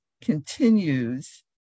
continues